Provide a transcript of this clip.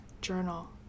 journal